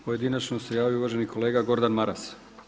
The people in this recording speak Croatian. Pojedinačno se javio uvaženi kolega Gordan Maras.